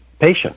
patient